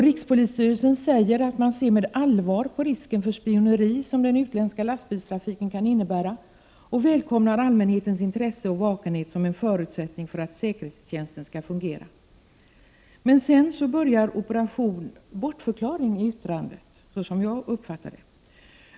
Rikspolisstyrelsen säger att man ser med allvar på risken för spioneri som den utländska lastbilstrafiken kan innebära och välkomnar allmänhetens intresse och vakenhet som en förutsättning för att säkerhetstjänsten skall fungera. Sedan börjar emellertid, som jag uppfattar det, operation bortförklaring i yttrandet.